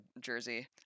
jersey